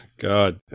God